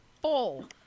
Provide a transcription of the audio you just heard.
full